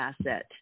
asset